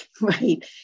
right